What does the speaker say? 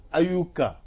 ayuka